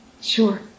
Sure